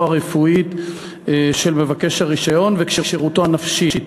הרפואית של מבקש הרישיון וכשירותו הנפשית,